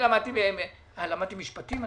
זה